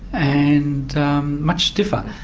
and much stiffer.